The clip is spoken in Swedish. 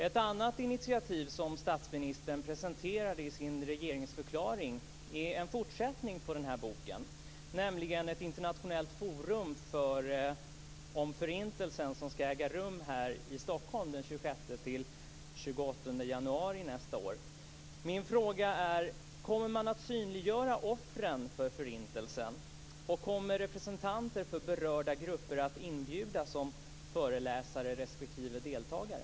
Ett annat initiativ som statsministern presenterade i sin regeringsförklaring är en fortsättning på boken, nämligen ett internationellt forum om Förintelsen som ska äga rum här i Stockholm den 26-28 januari nästa år. Min fråga är: Kommer man att synliggöra offren för Förintelsen, och kommer representanter för berörda grupper att inbjudas som föreläsare respektive deltagare?